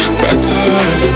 better